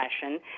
fashion